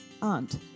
aunt